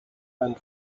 and